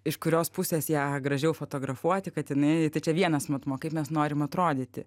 iš kurios pusės ją gražiau fotografuoti kad jinai tai čia vienas matmuo kaip mes norim atrodyti